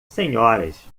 senhoras